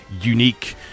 unique